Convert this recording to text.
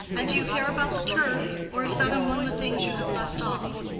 and do you care about the turf or is that among the things you have left off?